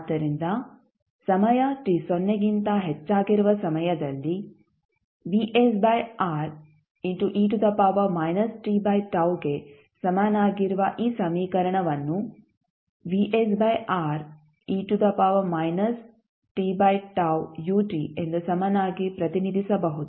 ಆದ್ದರಿಂದ ಸಮಯ t ಸೊನ್ನೆಗಿಂತ ಹೆಚ್ಚಾಗಿರುವ ಸಮಯದಲ್ಲಿ ಗೆ ಸಮನಾಗಿರುವ ಈ ಸಮೀಕರಣವನ್ನು ಎಂದು ಸಮನಾಗಿ ಪ್ರತಿನಿಧಿಸಬಹುದು